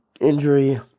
injury